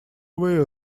wear